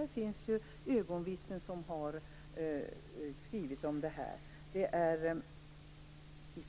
Det finns ögonvittnen som har beskrivit detta, bl.a. i